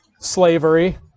slavery